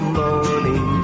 morning